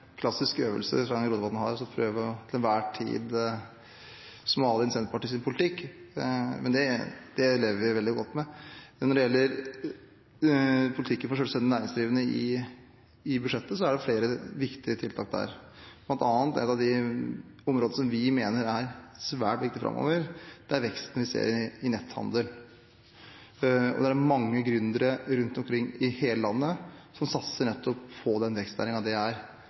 klassisk øvelse fra Sveinung Rotevatn til enhver tid å prøve å smalne inn Senterpartiets politikk. Det lever vi veldig godt med. Når det gjelder politikken for selvstendig næringsdrivende i budsjettet, er det flere viktige tiltak. Ett av de områdene vi mener er svært viktige framover, er veksten vi ser i netthandel. Det er mange gründere rundt omkring i hele landet som satser nettopp på den vekstnæringen dette er. Derfor er det